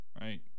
Right